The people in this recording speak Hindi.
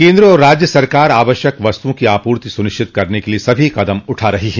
केन्द्र और राज्य सरकार आवश्यक वस्तुओं की आपूर्ति सुनिश्चित करने के लिए सभी कदम उठा रही है